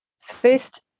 first